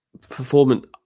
performance